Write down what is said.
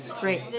Great